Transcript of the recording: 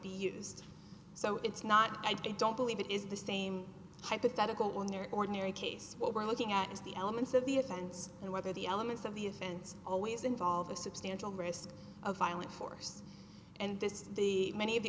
be used so it's not i don't believe it is the same hypothetical ordinary case what we're looking at is the elements of the offense and whether the elements of the offense always involve a substantial risk of violent force and this is the many of the